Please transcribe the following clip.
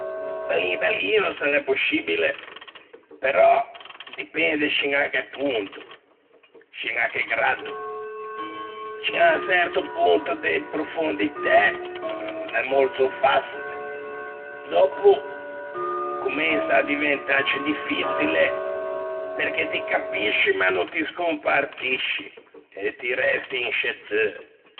Bellin bellino se l'é poscibile, però dipende scin à che ponto, scin à che graddo: scin à un çerto ponto de profonditæ, l'é molto façile, dòppo comensa à diventâ ciù diffiçile, perché ti capisci ma no scompartisci, e ti resti in scê teu.